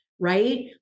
right